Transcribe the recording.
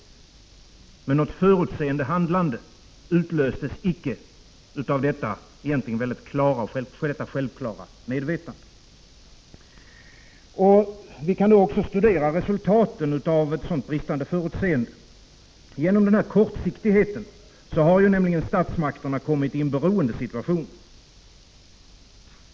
Men något förutseende handlande utlöstes icke av denna egentligen mycket självklara medvetenhet. Vi kan nu också studera resultatet av ett sådant bristande förutseende. Genom denna kortsiktighet har statsmakterna nämligen hamnat i en beroendesituation.